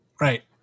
Right